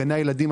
גני הילדים,